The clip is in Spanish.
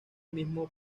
mismo